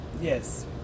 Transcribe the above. yes